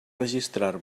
registrar